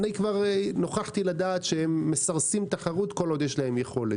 כבר נוכחתי לדעת שהם מסרסים תחרות כל עוד יש להם יכולת.